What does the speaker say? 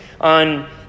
on